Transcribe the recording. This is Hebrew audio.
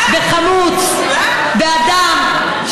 יש כאן מאבק, ובהרבה